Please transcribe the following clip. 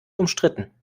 umstritten